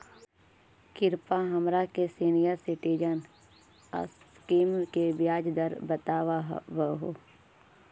कृपा हमरा के सीनियर सिटीजन स्कीम के ब्याज दर बतावहुं